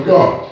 God